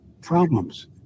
problems